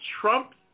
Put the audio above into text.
Trump